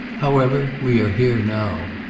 however we are here now.